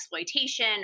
exploitation